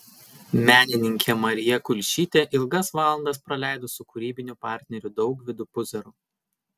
menininkė marija kulšytė ilgas valandas praleido su kūrybiniu partneriu daugvydu puzeru